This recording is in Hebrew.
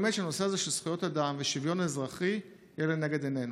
שבאמת הנושא הזה של זכויות אדם ושוויון אזרחי יהיה לנגד עינינו.